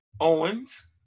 Owens